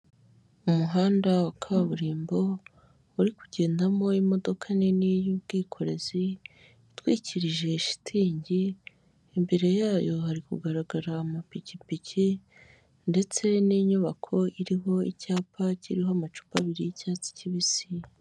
Umuhanda wa kaburimbo uri kugendamo imodoka nini y'ubwikorezi itwikirije shitingi, imbere yayo hari kugaragara amapikipiki ndetse n'inyubako iriho icyapa kiriho amacupa abiri y'icyatsi kibisi.